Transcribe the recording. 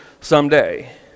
someday